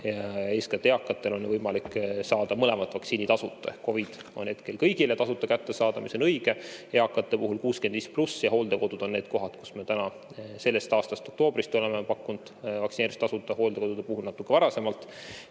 Eeskätt eakatel on võimalik saada mõlemat vaktsiini tasuta. COVID-i oma on hetkel kõigile tasuta kättesaadav, mis on õige, eakate puhul 65+ ja hooldekodud on need kohad, kus me täna, selle aasta oktoobrist oleme pakkunud vaktsineerimist tasuta, hooldekodude puhul natuke varasemalt,